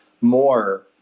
more